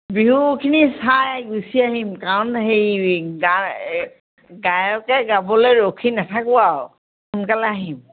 বিহুখিনি চাই গুচি আহিম কাৰণ হেৰি গা গায়কে গাবলৈ ৰখি নাথাকোঁ আৰু সোনকালে আহিম